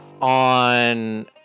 on